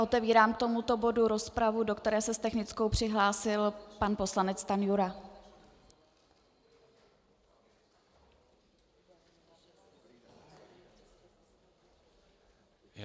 Otevírám k tomuto bodu rozpravu, do které se s technickou přihlásil pan poslanec Stanjura.